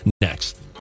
next